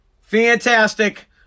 fantastic